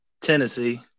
Tennessee